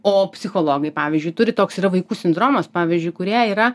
o psichologai pavyzdžiui turi toks yra vaikų sindromas pavyzdžiui kurie yra